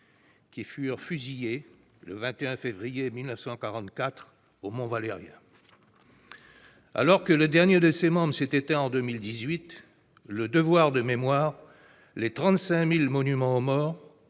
qui furent fusillés le 21 février 1944 au Mont-Valérien. Alors que le dernier de ses membres s'est éteint en 2018, le devoir de mémoire, les 35 000 monuments aux morts